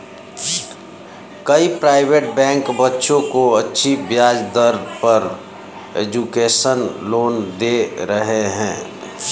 कई private bank बच्चों को अच्छी ब्याज दर पर एजुकेशन लोन दे रहे है